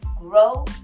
grow